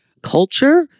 culture